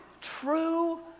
true